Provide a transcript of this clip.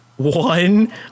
One